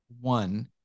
one